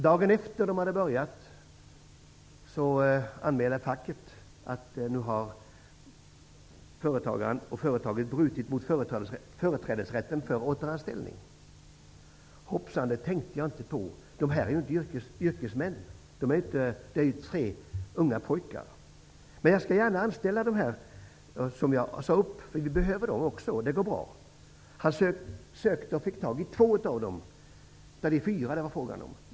Dagen efter det att pojkarna började arbeta anmälde facket att företaget hade brutit mot företrädesrätten vid återanställning. Det hade inte företagaren tänkt på. De unga pojkarna var ju inte yrkesmän. Företagaren sade dock att han gärna skulle anställa även de personer som hade sagts upp. Han sökte och fick tag i två av de fyra personerna.